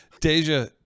Deja